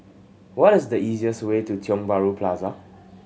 what is the easiest way to Tiong Bahru Plaza